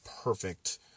perfect